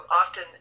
often